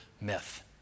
myth